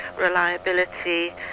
reliability